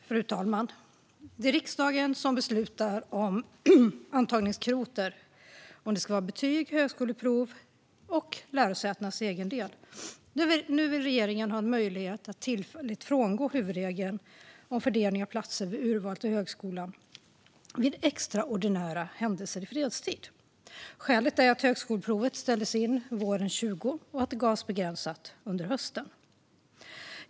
Fru talman! Det är riksdagen som beslutar om antagningskvoter och om det ska vara betyg, högskoleprov eller lärosätenas egen del. Nu vill regeringen ha möjlighet att tillfälligt frångå huvudregeln om fördelning av platser vid urval till högskolan vid extraordinära händelser i fredstid. Skälet är att högskoleprovet ställdes in våren 2020 och att det gavs begränsat under hösten.